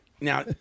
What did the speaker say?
Now